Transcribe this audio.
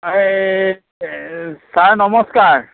এই ছাৰ নমস্কাৰ